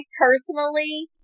personally